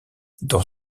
dans